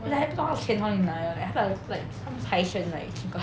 like 不懂她的钱从哪里拿来的 leh 她们 like 他们财神 like